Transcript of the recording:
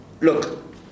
look